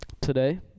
today